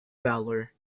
valor